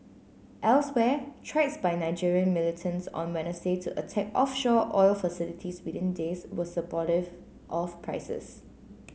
elsewhere threats by Nigerian militants on Wednesday to attack offshore oil facilities within days were supportive of prices